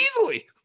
easily